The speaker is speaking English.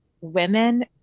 women